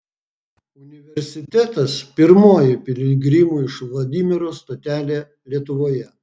universitetas pirmoji piligrimų iš vladimiro stotelė lietuvoje